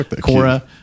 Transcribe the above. Cora